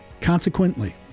consequently